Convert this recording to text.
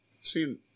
See